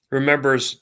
remembers